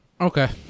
Okay